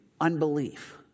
unbelief